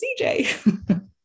CJ